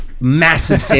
massive